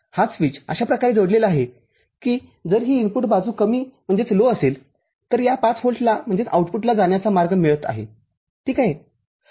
हा स्विच अशा प्रकारे जोडलेला आहे की जर ही इनपुट बाजू कमी असेल तर या ५ व्होल्टला आउटपुटला जाण्याचा मार्ग मिळत आहे ठीक आहे